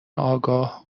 آگاه